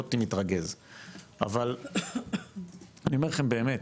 אני אומר לכם באמת,